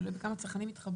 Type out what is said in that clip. זה תלוי כמה צרכנים מתחברים.